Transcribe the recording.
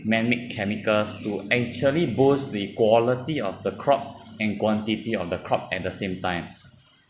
manmade chemicals to actually boost the quality of the crops and quantity on the crop at the same time